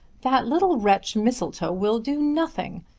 that little wretch mistletoe will do nothing.